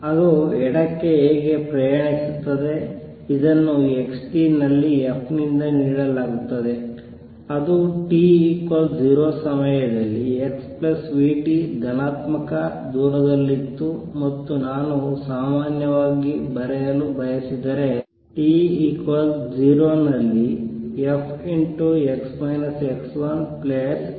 ಅದು ಎಡಕ್ಕೆ ಹೇಗೆ ಪ್ರಯಾಣಿಸುತ್ತದೆ ಇದನ್ನು x t ನಲ್ಲಿ f ನಿಂದ ನೀಡಲಾಗುತ್ತದೆ ಅದು t 0 ಸಮಯದಲ್ಲಿ x vt ಧನಾತ್ಮಕ ದೂರದಲ್ಲಿತ್ತು ಮತ್ತು ನಾನು ಸಾಮಾನ್ಯವಾಗಿ ಬರೆಯಲು ಬಯಸಿದರೆ t 0 ನಲ್ಲಿ f vಗೆ ಸಮನವಾಗಿರುತ್ತದೆ